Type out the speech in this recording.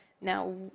Now